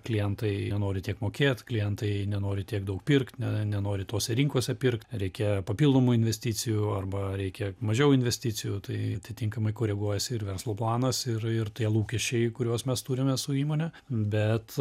klientai nenori tiek mokėt klientai nenori tiek daug pirkt ne nenori tose rinkose pirkt reikia papildomų investicijų arba reikia mažiau investicijų tai atitinkamai koreguojasi ir verslo planas ir ir tie lūkesčiai kuriuos mes turime su įmone bet